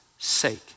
Sake